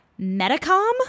Medicom